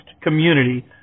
Community